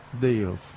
deals